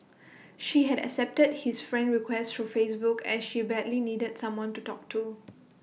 she had accepted his friend request through Facebook as she badly needed someone to talk to